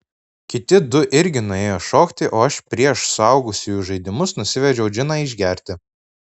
kiti du irgi nuėjo šokti o aš prieš suaugusiųjų žaidimus nusivedžiau džiną išgerti